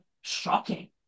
shocking